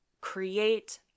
create